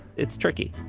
it's tricky